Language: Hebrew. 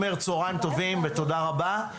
(מחיאות כפיים) צוהריים טובים ותודה רבה.